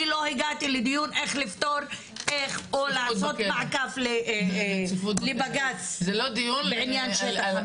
אני לא הגעתי לדיון על איך לפתור או איך לעשות מעקף לבג"ץ בעניין הזה.